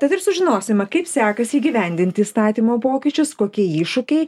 tad ir sužinosime kaip sekasi įgyvendinti įstatymo pokyčius kokie iššūkiai